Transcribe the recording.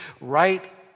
right